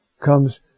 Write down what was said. comes